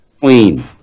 clean